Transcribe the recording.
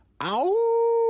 Ow